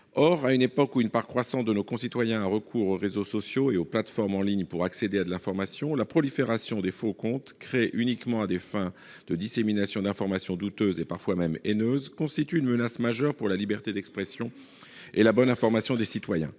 Or, à une époque où une part croissante de nos concitoyens a recours aux réseaux sociaux et aux plateformes en ligne pour accéder à de l'information, la prolifération des faux comptes, créés uniquement à des fins de dissémination d'informations douteuses et parfois même haineuses, constitue une menace majeure pour la liberté d'expression et la bonne information des citoyens.